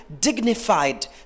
dignified